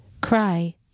cry